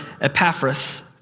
Epaphras